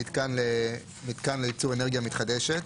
מתקן לייצור אנרגיה מתחדשת.